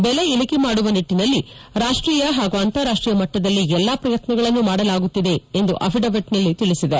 ಬೆಲೆಯನ್ನು ಇಳಿಕೆ ಮಾಡುವ ನಿಟ್ಟನಲ್ಲಿ ರಾಷ್ಟೀಯ ಹಾಗೂ ಅಂತಾರಾಷ್ಟೀಯ ಮಟ್ಟದಲ್ಲಿ ಎಲ್ಲಾ ಶ್ರಯತ್ನಗಳನ್ನು ಮಾಡಲಾಗುತ್ತಿದೆ ಎಂದು ಅಫಿಡವಿಟ್ನಲ್ಲಿ ತಿಳಿಸಿದೆ